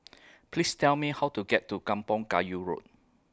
Please Tell Me How to get to Kampong Kayu Road